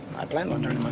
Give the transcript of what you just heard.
i planning on